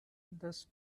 does